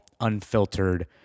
unfiltered